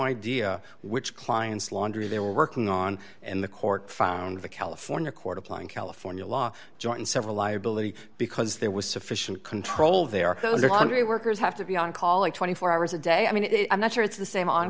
idea which client's laundry they were working on and the court found the california court applying california law joint and several liability because there was sufficient control there those are hungry workers have to be on call twenty four hours a day i mean i'm not sure it's the same on